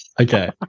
okay